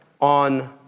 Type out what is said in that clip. on